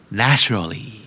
naturally